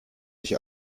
sich